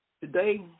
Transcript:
Today